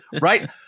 Right